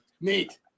Neat